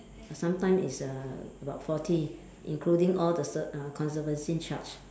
sometime it's err about forty including all the s~ uh conservancy charge